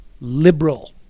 liberal